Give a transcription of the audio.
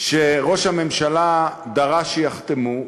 שראש הממשלה דרש שייחתמו,